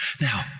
Now